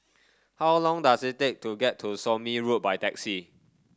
how long does it take to get to Somme Road by taxi